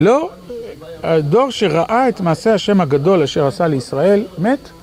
לא, הדור שראה את מעשה ה' הגדול, אשר עשה לישראל, מת.